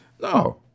No